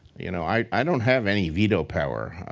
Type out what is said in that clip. you know i don't have any veto power.